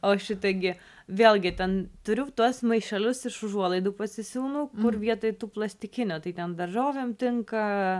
o ši taigi vėlgi ten turiu tuos maišelius iš užuolaidų pasisiūnų kur vietoj tų plastikinių tai ten daržovėm tinka